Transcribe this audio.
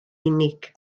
unig